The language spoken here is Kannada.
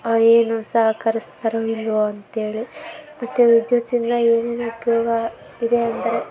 ಏನು ಸಹಕರಿಸ್ತಾರೊ ಇಲ್ಲವೋ ಅಂತೇಳಿ ಮತ್ತು ವಿದ್ಯುತ್ತಿಂದ ಏನೇನು ಉಪಯೋಗ ಇದೆ ಅಂದರೆ